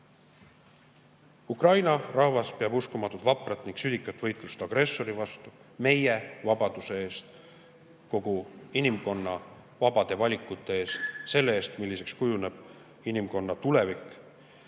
Ukraina rahvas peab uskumatult vaprat ning südikat võitlust agressori vastu meie vabaduse eest, kogu inimkonna vabade valikute eest, selle eest, milliseks kujuneb inimkonna tulevik.